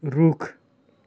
रुख